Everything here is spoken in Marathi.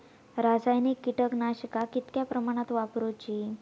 रासायनिक कीटकनाशका कितक्या प्रमाणात वापरूची?